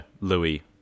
Louis